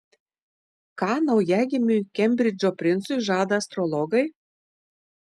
ką naujagimiui kembridžo princui žada astrologai